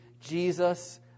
Jesus